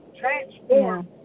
Transform